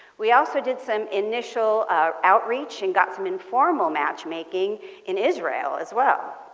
we also did some initial outreach and got some informal match making in israel as well.